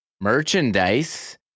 merchandise